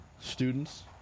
students